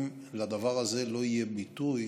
אם לדבר הזה לא יהיה ביטוי